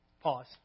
Pause